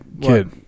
kid